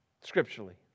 scripturally